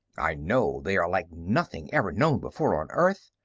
i know they are like nothing ever known before on earth.